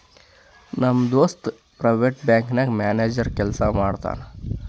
ನಮ್ ದೋಸ್ತ private bank ನಾಗ್ ಮ್ಯಾನೇಜರ್ ಕೆಲ್ಸಾ ಮಾಡ್ತಾನ್